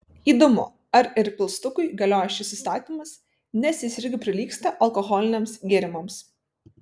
įdomu ar ir pilstukui galioja šis įstatymas nes jis irgi prilygsta alkoholiniams gėrimams